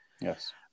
yes